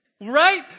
right